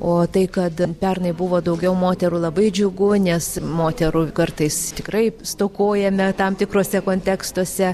o tai kad pernai buvo daugiau moterų labai džiugu nes moterų kartais tikrai stokojame tam tikruose kontekstuose